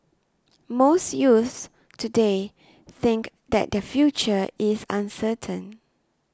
most youths today think that their future is uncertain